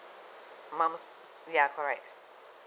mum's ya correct